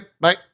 Bye